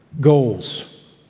goals